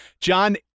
John